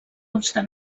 obstant